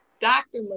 Dr